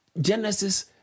Genesis